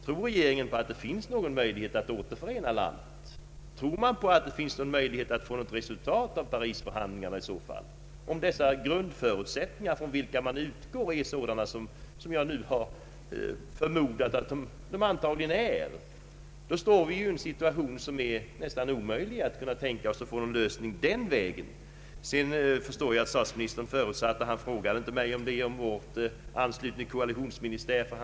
Tror regeringen att det finns någon möjlighet att återförena landet? Tror man på att det finns möjlighet att få något resultat i Parisförhandlingen, om de grundförutsättningar från vilka man utgår är sådana som jag förmodar att de antagligen är? Då befinner vi oss i en sådan situation att det är omöjligt alt få någon lösning den här vägen. Statsministern frågade inte mig om vår anslutning till koalitionsministären.